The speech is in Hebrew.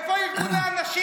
איפה ארגוני הנשים?